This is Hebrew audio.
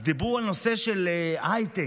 אז דיברו על הנושא של הייטק.